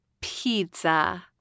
pizza